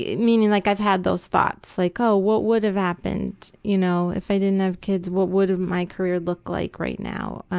yeah meaning like i've had those thoughts, like, oh, what would've happened, you know, if i didn't have kids, what would my career look like right now.